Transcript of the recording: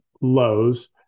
lows